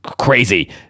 crazy